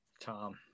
Tom